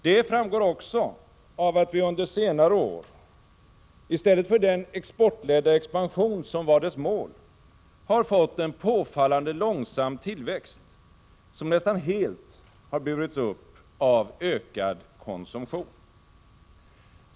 Det framgår också av att vi under senare år i stället för den exportledda expansion som var dess mål har fått en påfallande långsam tillväxt, som nästan helt har burits upp av ökad konsumtion.